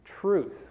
truth